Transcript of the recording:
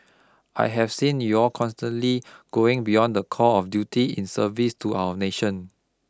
I have seen you all consistently going beyond the call of duty in service to our nation